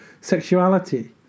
sexuality